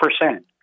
percent